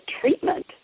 treatment